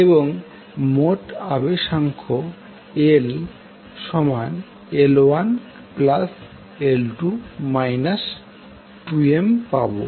এবং মোট আবেশাঙ্ক LL1L2 2M পাবো